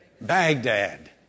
Baghdad